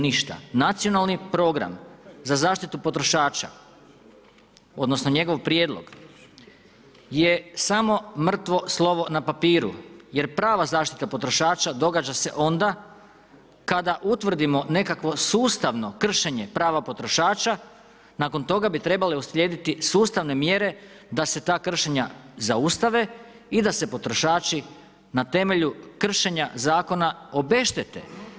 Nacionalni program za zaštitu potrošača odnosno njegov prijedlog je samo mrtvo slovo na papiru jer prava zaštita potrošača događa se onda kaka utvrdimo nekakvo sustavno kršenje prava potrošača, nakon toga bi trebalo uslijediti sustavne mjere da se ta kršenja zaustave i da se potrošači na temelju kršenja zakona obeštete.